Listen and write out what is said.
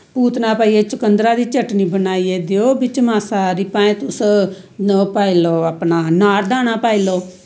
पूतना पाइयै चकंद्दरा दी चटनी बनाइयै देओ बिच्च मासा हारी भाएं तुस ओह् पाई लैओ अपना अनार दाना पाई लैओ